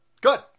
Good